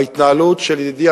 וההתנהלות של ידידי,